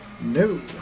No